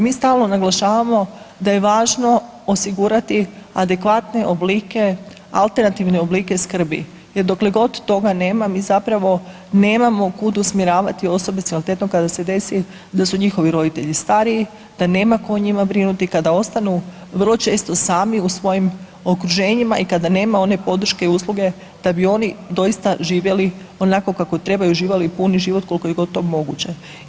Mi stalno naglašavamo da je važno osigurati adekvatne oblike alternativne oblike skrbi jer dokle god toga nema, mi zapravo nemamo kud usmjeravati osobe s invaliditetom kada se desi da su njihovi stariji, da nema tko o njima brinuti kada ostanu vrlo često sami u svojim okruženjima i kada nema one podrške i usluge da bi oni doista živjeli onako kako trebaju, uživali puni život koliko je god to moguće.